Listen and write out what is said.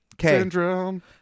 Syndrome